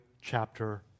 chapter